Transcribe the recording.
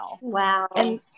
Wow